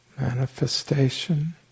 manifestation